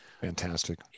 Fantastic